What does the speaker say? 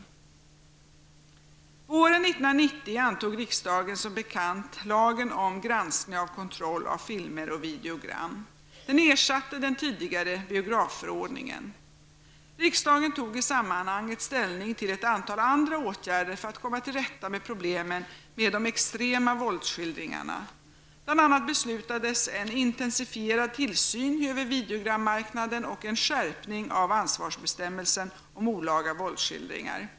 Våren 1990 antog riksdagen som bekant lagen om granskning och kontroll av filmer och videogram. Denna lag ersatte den tidigare biografförordningen. Riksdagen tog i det sammanhanget ställning till ett antal andra åtgärder för att komma till rätta med problemen med de extrema våldsskildringarna. Bl.a. beslutades om en intensifierad tillsyn över videogrammarknaden och om en skärpning av ansvarsbestämmelsen om olaga våldsskildringar.